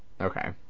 Okay